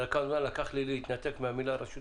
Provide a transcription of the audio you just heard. אתה יודע כמה זמן לקח לי להתנתק מהמילה רשות